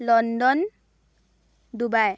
London Dubai